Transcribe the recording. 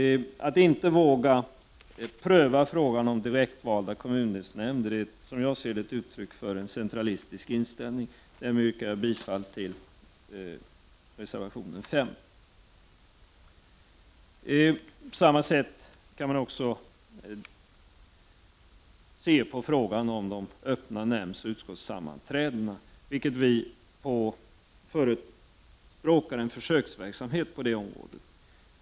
Att inte våga pröva frågan om direktvalda kommundelsnämnder är, som jag ser det, ett uttryck för en centralistiskt inställning. Därmed yrkar jag bifall till reservation 5. På samma sätt kan man också se på frågan om de öppna nämndsoch utskottssammanträdena. Vi förespråkar en försöksverksamhet på det området.